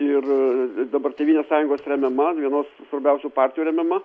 ir dabar tėvynės sąjungos remiama vienos svarbiausių partijų remiama